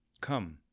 come